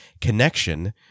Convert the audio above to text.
connection